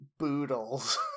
boodles